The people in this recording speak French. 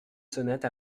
sonnette